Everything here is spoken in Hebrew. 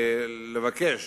גם אמור לבקש